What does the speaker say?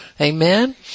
Amen